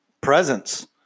presence